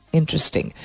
interesting